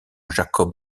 jacob